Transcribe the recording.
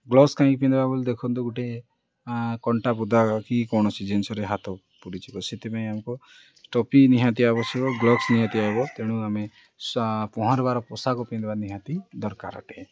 gloves କାଇଁକି ପିନ୍ଧିବା ବୋଲି ଦେଖନ୍ତୁ ଗୋଟେ କଣ୍ଟା ବୁଦା କି କୌଣସି ଜିନିଷରେ ହାତ ପଡ଼ିଯିବ ସେଥିପାଇଁ ଆମକୁ ଟୋପି ନିହାତି ଆବଶ୍ୟକ ଗ୍ଳୋବ୍ସ ନିହାତି ଆଇବ ତେଣୁ ଆମେ ପହଁରବାର ପୋଷାକ ପିନ୍ଧବା ନିହାତି ଦରକାର ଅଟେ